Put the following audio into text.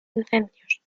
incendios